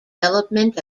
development